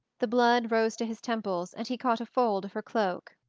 the blood rose to his temples and he caught a fold of her cloak.